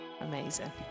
Amazing